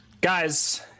guys